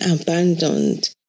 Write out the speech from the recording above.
abandoned